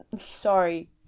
Sorry